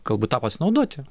galbūt tą pasinaudoti